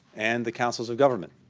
and the councils of government.